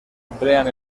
emplean